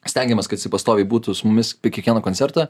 stengiamės kad jisai pastoviai būtų su mumis prie kiekvieno koncertą